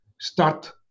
start